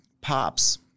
pops